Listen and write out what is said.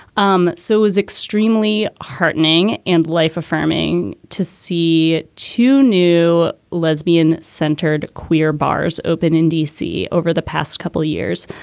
um so is extremely heartening and life affirming to see two new lesbian centered queer bars. open in d c. over the past couple years,